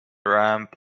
ramp